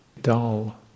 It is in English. dull